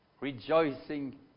rejoicing